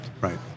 Right